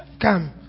Come